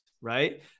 right